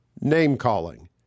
Name-calling